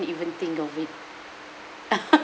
even think of it